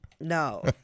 No